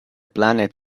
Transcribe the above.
planet